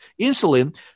insulin